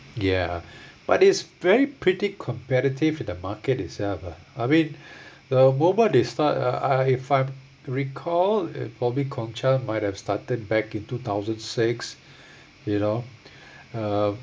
ya but it's very pretty competitive in the market itself ah I mean the moment they start uh I if I recall it probably gong cha might have started back in two thousand six you know uh